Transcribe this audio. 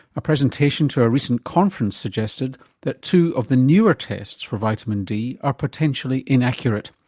a presentation to a recent conference suggested that two of the newer tests for vitamin d are potentially inaccurate.